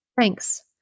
Thanks